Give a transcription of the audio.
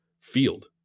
field